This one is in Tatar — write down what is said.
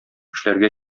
эшләргә